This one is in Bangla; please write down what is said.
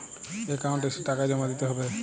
একাউন্ট এসে টাকা জমা দিতে হবে?